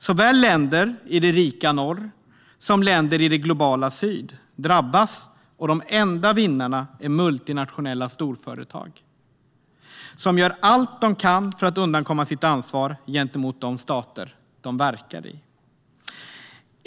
Såväl länder i det rika norr som länder i det globala syd drabbas, och de enda vinnarna är multinationella storföretag som gör allt de kan för att undkomma sitt ansvar gentemot de stater de verkar i.